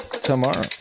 tomorrow